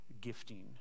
gifting